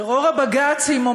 טרור הבג"צים,